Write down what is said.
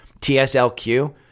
TSLQ